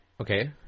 Okay